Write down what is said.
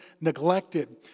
neglected